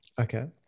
Okay